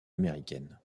américaine